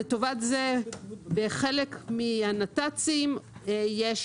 לטובת חלק מנתיבי התחבורה הציבוריים הנת"צים יש